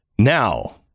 Now